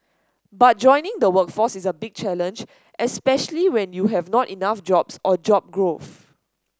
but joining the workforce is a big challenge especially when you have not enough jobs or job growth